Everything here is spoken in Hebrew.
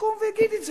שיקום ויגיד את זה.